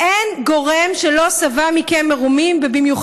אין גורם שלא שבע מכם מרורים,